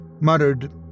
muttered